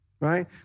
right